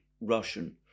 Russian